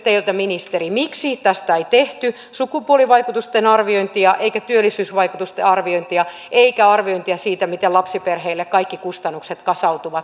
miksi tästä ei tehty sukupuolivaikutusten arviointia eikä työllisyysvaikutusten arviointia eikä arviointia siitä miten lapsiperheille kaikki kustannukset kasautuvat nyt kerralla